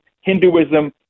hinduism